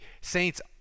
Saints –